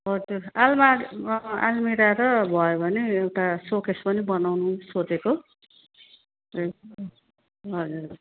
हजुर आल्मार आल्मिरा र भयो भने एउटा सोकेस पनि बनाउनु सोचेको है हजुर